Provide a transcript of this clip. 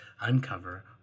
uncover